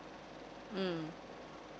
mm